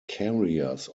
carriers